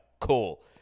cool